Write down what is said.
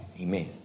Amen